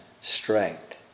strength